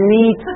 need